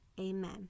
Amen